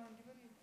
בבקשה, אדוני,